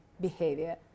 behavior